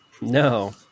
No